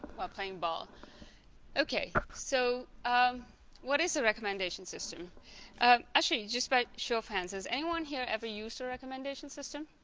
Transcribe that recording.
while playing ball okay so what is a recommendation system actually just by show of hands has anyone here ever used a recommendation system